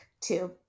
Two